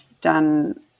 done